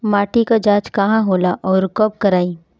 माटी क जांच कहाँ होला अउर कब कराई?